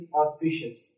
auspicious